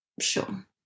Sure